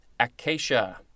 Acacia